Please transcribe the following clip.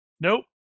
Nope